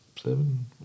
seven